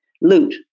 loot